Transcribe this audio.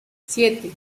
siete